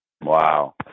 Wow